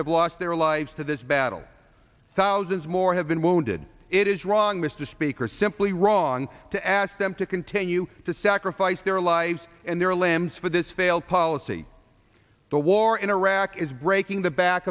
have lost their lives to this battle thousands more have been wounded it is wrong mr speaker simply wrong to ask them to continue to sacrifice their lives and their limbs for this failed policy the war in iraq is breaking the back